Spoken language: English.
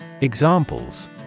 Examples